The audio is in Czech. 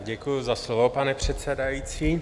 Děkuji za slovo, pane předsedající.